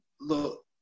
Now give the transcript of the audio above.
look